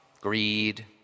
greed